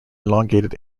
elongated